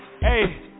Hey